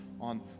on